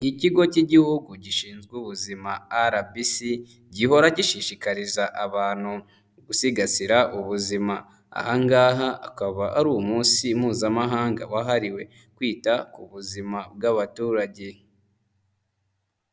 Ikigo cy'Igihugu gishinzwe ubuzima RBC, gihora gishishikariza abantu gusigasira ubuzima. Aha ngaha akaba ari umunsi mpuzamahanga wahariwe kwita ku buzima bw'abaturage.